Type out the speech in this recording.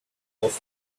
was